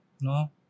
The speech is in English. No